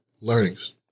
Learnings